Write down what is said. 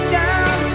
down